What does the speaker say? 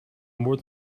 more